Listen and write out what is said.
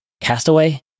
Castaway